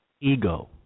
Ego